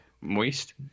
Moist